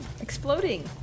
Exploding